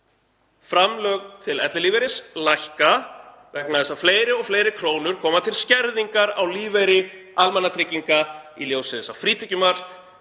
Framlög til ellilífeyris lækka vegna þess að fleiri og fleiri krónur koma til skerðingar á lífeyri almannatrygginga í ljósi þess að frítekjumark